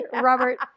Robert